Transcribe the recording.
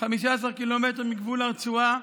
15 קילומטר מגבול הרצועה,